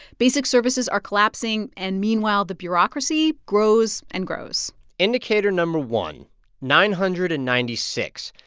basic services are collapsing, and meanwhile, the bureaucracy grows and grows indicator number one nine hundred and ninety six.